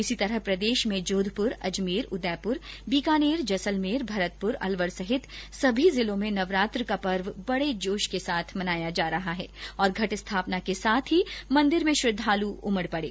इसी तरह प्रदेश में जोधपूर अजमेर उदयपूर बीकानेर जैसलमेर भरतपूर अलवर सहित सभी जिलों में नवरात्र का पर्व बड़े जोश के साथ मनाया जा रहा है और घट स्थापना के साथ ही मंदिरों में श्रद्वालु उमड़ पड़े